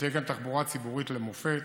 ותהיה כאן תחבורה ציבורית למופת